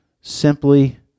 simply